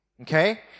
okay